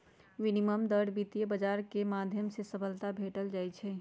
विनिमय दर के वित्त बाजार के माध्यम से सबलता भेंट कइल जाहई